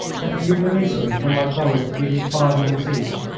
that you release me from my promise to give you five minutes each,